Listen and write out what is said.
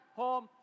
home